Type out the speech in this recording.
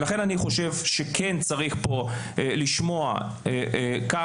לכן אני חושב שכן צריך פה לשמוע מה